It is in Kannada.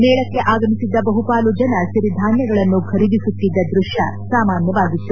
ಮೇಳಕ್ಕೆ ಆಗಮಿಸಿದ್ದ ಬಹುಪಾಲು ಜನ ಸಿರಿಧಾನ್ಯಗಳನ್ನು ಖರೀದಿಸುತ್ತಿದ್ದ ದೃತ್ಯ ಸಾಮಾನ್ಯವಾಗಿತ್ತು